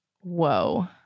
Whoa